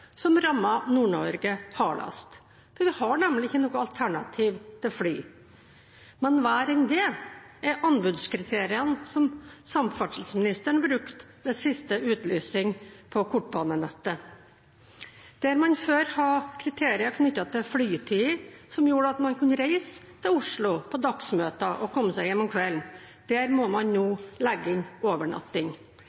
Vi har nemlig ikke noe alternativ til fly. Men verre enn det er anbudskriteriene som samferdselsministeren brukte ved siste utlysning på kortbanenettet. Der man før har hatt kriterier knyttet til flytider, som gjorde at man kunne reise til Oslo på dagsmøter og komme seg hjem om kvelden, må man nå